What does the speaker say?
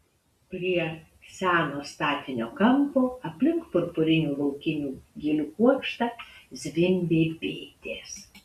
prie seno statinio kampo aplink purpurinių laukinių gėlių kuokštą zvimbė bitės